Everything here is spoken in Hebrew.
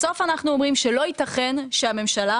בסוף אנחנו אומרים שלא ייתכן שהממשלה,